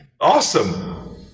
awesome